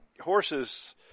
Horses